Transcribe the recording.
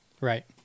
Right